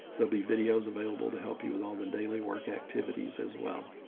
there'll be videos available to help you with all the daily work activities as well.